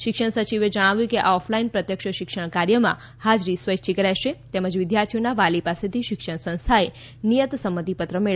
શિક્ષણ સચિવે જણાવ્યું કે આ ઓફલાઈન પ્રત્યક્ષ શિક્ષણ કાર્યમાં હાજરી સ્વૈચ્છિક રહેશે તેમજ વિદ્યાર્થીઓના વાલી પાસેથી શિક્ષણ સંસ્થાએ નિયત સંમતિપત્ર મેળવવાનો રહેશે